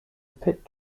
pit